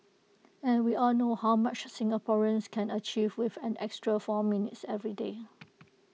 and we all know how much Singaporeans can achieve with an extra four minutes every day